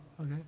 okay